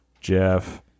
Jeff